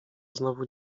znowu